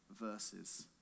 verses